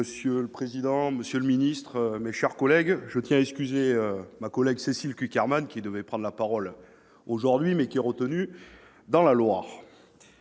Monsieur le président, monsieur le ministre, mes chers collègues, je tiens à excuser ma collègue Cécile Cukierman qui devait prendre la parole aujourd'hui, mais qui est retenue dans la Loire.